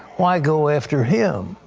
why go after him?